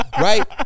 right